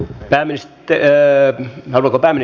päällystöä o luokan